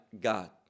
God